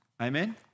Amen